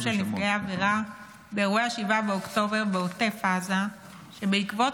של נפגעי העבירה לאירועי 7 באוקטובר בעוטף עזה שבעקבות